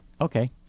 Okay